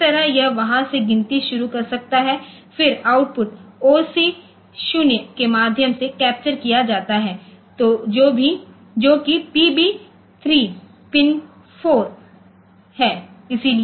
तो इस तरह यह वहां से गिनती शुरू कर सकता है फिर आउटपुट OC0 के माध्यम से कैप्चर किया जाता है जो कि पीबी 3 पिन 4 है